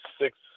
six